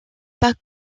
pas